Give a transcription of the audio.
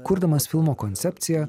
kurdamas filmo koncepciją